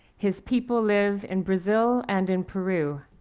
his people live in brazil and in peru.